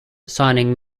signing